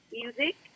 music